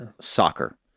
soccer